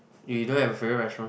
you don't have a favourite restaurant